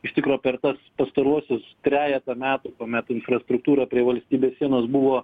iš tikro per tas pastaruosius trejetą metų kuomet infrastruktūra valstybės sienos buvo